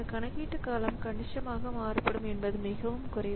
இந்த கணக்கீட்டு காலம் கணிசமாக மாறுபடும் என்பது மிகவும் குறைவு